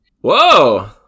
Whoa